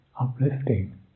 uplifting